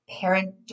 parent